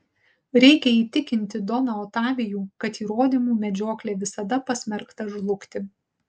reikia įtikinti doną otavijų kad įrodymų medžioklė visada pasmerkta žlugti